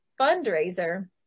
fundraiser